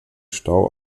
stau